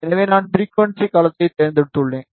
எனவே நான் ஃபிரிகுவன்ஸி களத்தைத் தேர்ந்தெடுத்துள்ளேன்